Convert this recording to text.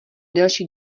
delší